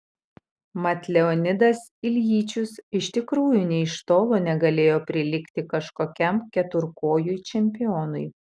mat leonidas iljičius iš tikrųjų nė iš tolo negalėjo prilygti kažkokiam keturkojui čempionui